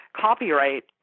copyright